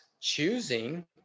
choosing